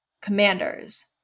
Commanders